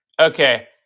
Okay